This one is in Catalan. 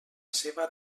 seva